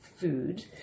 food